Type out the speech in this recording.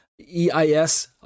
E-I-S